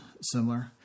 similar